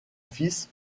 fils